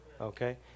Okay